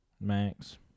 max